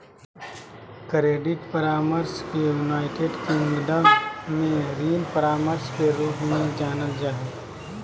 credit परामर्श के United Kingdom में ऋण परामर्श के रूप में जानल जा हइ